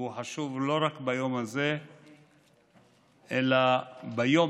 והוא חשוב לא רק ביום הזה אלא ביום-יום,